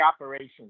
operations